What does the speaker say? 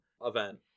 event